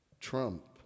Trump